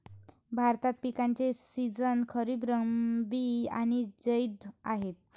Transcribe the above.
भारतात पिकांचे सीझन खरीप, रब्बी आणि जैद आहेत